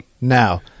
now